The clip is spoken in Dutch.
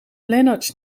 lenaerts